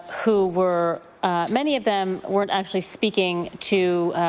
who were many of them weren't actually speaking to